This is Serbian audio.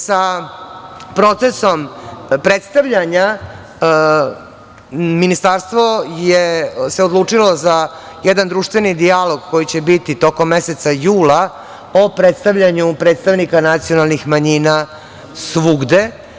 Sa procesom predstavljanja, Ministarstvo se odlučilo za jedan društveni dijalog koji će biti tokom meseca jula o predstavljanju predstavnika nacionalnih manjina svugde.